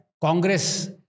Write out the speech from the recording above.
Congress